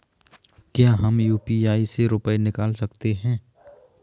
क्या हम यू.पी.आई से रुपये निकाल सकते हैं?